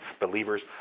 believers